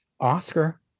Oscar